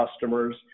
customers